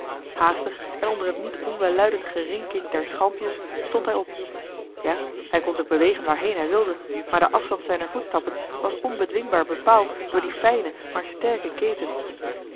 haastig en onder het niet onwelluidend gerinkink der schalmpjes stond hij op ja hij kon zich bewegen waarheen hij wilde maar de afstand zijner voetstappen was onbedwingbaar bepaald door die fijne maar sterke keten